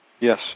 Yes